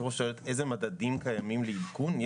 אילו מדדים קיימים לעדכון?